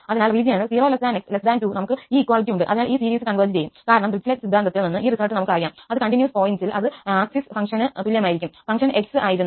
അതിനാൽ റീജിയനിൽ 0𝑥2 നമുക്ക് ഈ ഇക്വാളിറ്റി ഉണ്ട് അതിനാൽ ഈ സീരീസ് കോൺവെർജ് ചെയ്യും കാരണം ഡിറിക്ലെറ്റ് സിദ്ധാന്തത്തിൽ നിന്ന് ഈ റിസൾട്ട് നമുക്കറിയാം അത് കണ്ടിന്യൂസ് പോയിന്റ്സിൽ അത് ആക്സസിട് ഫങ്ക്ഷന് തുല്യമായിരിക്കും ഫംഗ്ഷൻ𝑥 ആയിരുന്നു